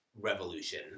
revolution